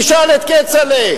תשאל את כצל'ה.